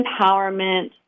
empowerment